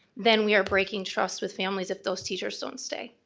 then we are breaking trust with families if those teachers don't stay.